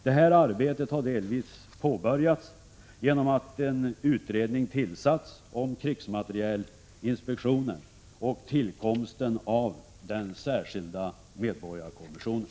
Detta arbete har delvis påbörjats genom att en utredning tillsatts om krigsmaterielinspektionen och tillkomsten av den särskilda medborgarkommissionen.